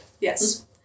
yes